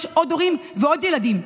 יש עוד הורים ועוד ילדים,